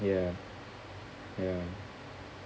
ya